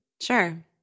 Sure